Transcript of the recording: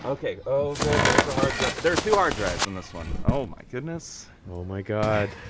ok. oh, good, there is a hard drive there are two hard drives in this one. oh, my goodness oh, my god